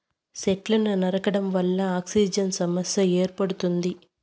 సెట్లను నరకడం వల్ల ఆక్సిజన్ సమస్య ఏర్పడుతుంది